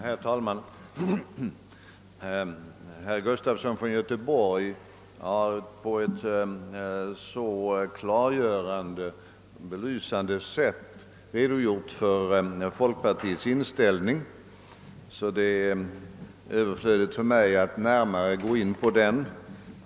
Herr talman! Herr Gustafson i Göteborg har på ett så klargörande och belysande sätt redogjort för folkpartiets inställning, att det är överflödigt för mig att närmare gå in på den.